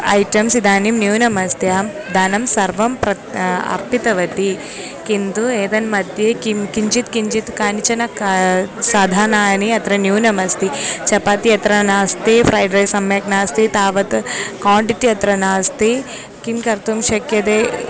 items इदानीं न्यूनम् अस्ति अहं धनं सर्वं प्रत्यर्पितवती किन्तु एतन्मद्ये किं किञ्चित् किञ्चित् कानिचन कानि साधनानि अत्र न्यूनमस्ति चपाति अत्र नास्ति फ़्रैड् रैस् सम्यक् नास्ति तावत् क्वाण्टिटि अत्र नास्ति किं कर्तुं शक्यते